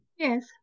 Yes